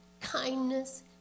kindness